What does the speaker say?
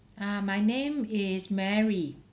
ah my name is mary